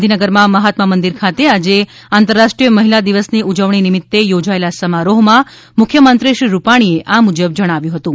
ગાંધીનગરમાં મહાત્મા મંદિર ખાતે આજે આંતરરા ષ્ટ્રીય મહિલા દિવસની ઉજવણી નિમિતે યોજાયેલા સમારોહમાં મુખ્યમંત્રી શ્રીરૂપાણીએ આ મુજબ જણાવ્યું હતું